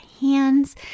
hands